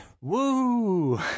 Woo